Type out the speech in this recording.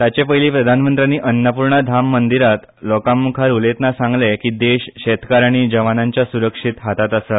ताचे पयली प्रधानमंत्र्यानी अन्नपूर्ण धाम मंदिरांत लोकां मुखार उलयतना सांगलें की देश शेतकार आनी जगनांच्या सुरक्षीत हातांत आसा